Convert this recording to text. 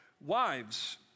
Wives